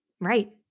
Right